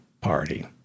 Party